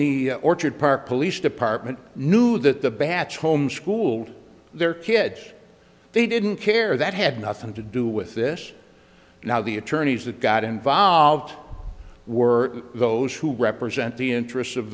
the orchard park police department knew that the batch homeschooled their kids they didn't care that had nothing to do with this now the attorneys that got involved were those who represent the interests of